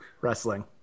wrestling